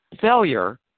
failure